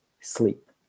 sleep